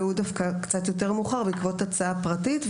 והוא דווקא קצת יותר מאוחר בעקבות הצעה פרטית,